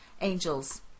angels